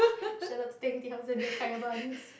set up twenty house in the kaya buns